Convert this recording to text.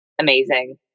amazing